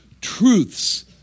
truths